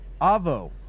Avo